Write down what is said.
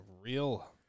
real